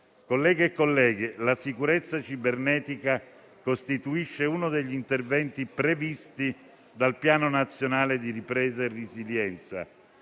Colleghe e colleghi, la sicurezza cibernetica costituisce uno degli interventi previsti dal Piano nazionale di ripresa e resilienza